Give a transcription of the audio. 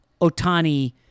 Otani